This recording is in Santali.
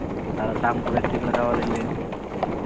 ᱟᱨ ᱫᱟᱢ ᱠᱚ ᱵᱮᱥ ᱴᱷᱤᱠ ᱞᱟᱜᱟᱣ ᱟᱹᱞᱤᱧ ᱵᱤᱱ